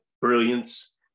brilliance